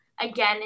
Again